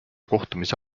kohtumise